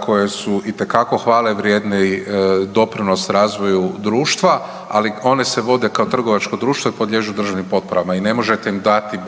koje su itekako hvale vrijedne i doprinos razvoju društva, ali one se vode kao trgovačko društvo i podliježu državnim potporama i ne možete im dati